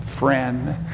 friend